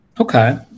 Okay